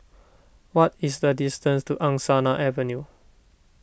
what is the distance to Angsana Avenue